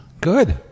Good